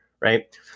Right